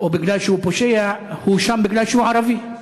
או בגלל שהוא פושע, הוא שם בגלל שהוא ערבי.